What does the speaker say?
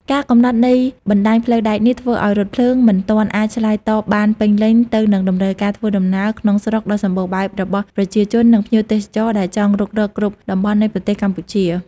ការកំណត់នៃបណ្តាញផ្លូវដែកនេះធ្វើឱ្យរថភ្លើងមិនទាន់អាចឆ្លើយតបបានពេញលេញទៅនឹងតម្រូវការធ្វើដំណើរក្នុងស្រុកដ៏សម្បូរបែបរបស់ប្រជាជន និងភ្ញៀវទេសចរ ដែលចង់រុករកគ្រប់តំបន់នៃប្រទេសកម្ពុជា។